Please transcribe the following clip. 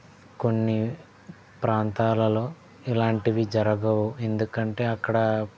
కొన్ని ప్రాంతాలలో ఇలాంటివి జరగవు ఎందుకంటే అక్కడ